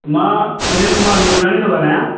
मां अनिल कुमार मुरजाणी थो ॻाल्हायां